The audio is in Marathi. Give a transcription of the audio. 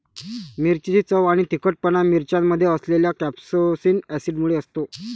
मिरचीची चव आणि तिखटपणा मिरच्यांमध्ये असलेल्या कॅप्सेसिन ऍसिडमुळे असतो